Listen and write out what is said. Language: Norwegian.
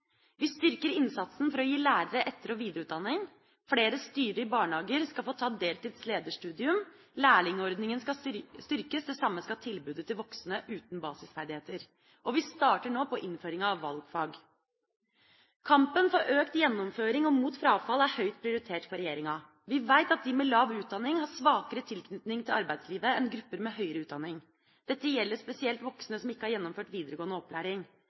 Vi styrker innsatsen for å gi lærere etter- og videreutdanning, flere styrere i barnehager skal få ta et deltids lederstudium, lærlingordningen skal styrkes, det samme skal tilbudet til voksne uten basisferdigheter. Og vi starter nå innføringa av valgfag. Kampen for økt gjennomføring og mot frafall er høyt prioritert for regjeringa. Vi vet at de med lav utdanning har svakere tilknytning til arbeidslivet enn grupper med høyere utdanning. Dette gjelder spesielt voksne som ikke har gjennomført videregående opplæring.